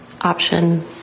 option